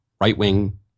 right-wing